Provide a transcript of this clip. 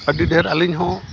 ᱟ ᱰᱤ ᱰᱷᱮᱨ ᱟᱹᱞᱤᱧ ᱦᱚᱸ